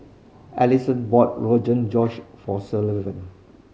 bought Josh for Sullivan